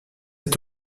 est